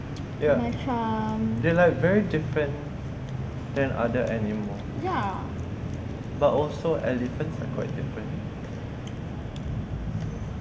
ya they're like very different than other animals but also elephants are quite different